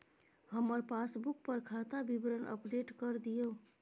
हमर पासबुक पर खाता विवरण अपडेट कर दियो